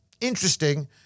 Interesting